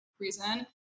reason